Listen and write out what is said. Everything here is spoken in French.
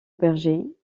berger